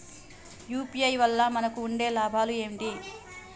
UPI వల్ల మనకు ఉండే లాభాలు ఏంటి?